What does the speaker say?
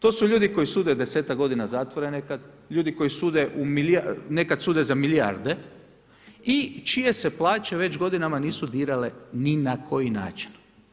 To su ljudi koji sude desetak g. zatvore nekad, ljudi koji sude, nekada sude za milijarde i čije se plaće već godinama nisu dirale ni na koji način.